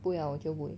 不要我就不会